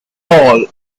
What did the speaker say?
paul